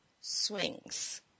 swings